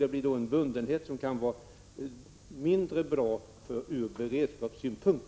Då skulle det bli en bundenhet som kan vara mindre bra ur beredskapssynpunkt.